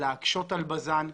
להקשות על בז"ן,